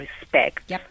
respect